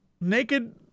naked